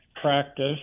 practice